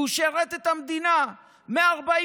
והוא שירת את המדינה מ-48'